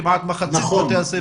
כמעט מחצית מבתי הספר,